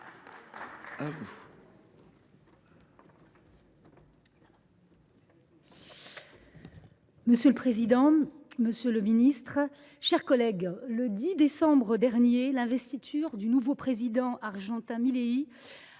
Monsieur le président, monsieur le ministre, mes chers collègues, le 10 décembre dernier, l’investiture du nouveau président argentin Javier